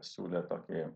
siūlė tokį